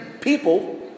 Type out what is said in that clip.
people